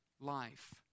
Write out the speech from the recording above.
life